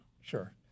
Sure